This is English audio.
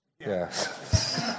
Yes